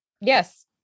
Yes